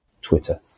Twitter